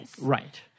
Right